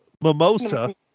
Mimosa